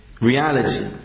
reality